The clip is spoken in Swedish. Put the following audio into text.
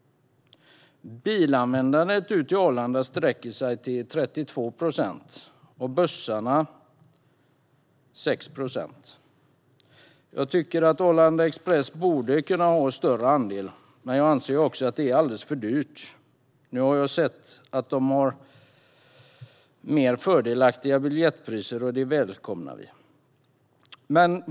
Bilanvändandet ut till Arlanda sträcker sig till 32 procent. För bussarna är det 6 procent. Jag tycker att Arlanda Express borde kunna ha en större andel, men jag anser också att det är alldeles för dyrt. Nu har jag sett att de har mer fördelaktiga biljettpriser, vilket vi välkomnar.